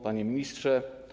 Panie Ministrze!